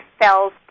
Fells